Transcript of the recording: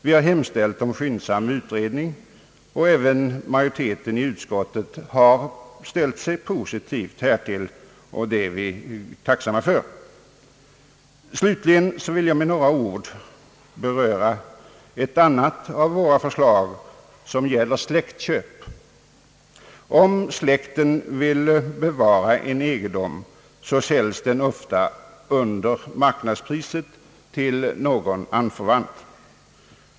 Vi har hemställt om skyndsam utredning, och majoriteten i utskottet har ställt sig positiv härtill, vilket vi är tacksamma för. Slutligen vill jag med några ord beröra ett annat av våra förslag, vilket gäller släktköp. Om släkten vill bevara en egendom säljes den ofta under marknadspriset till någon anförvant.